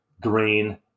green